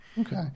Okay